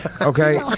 Okay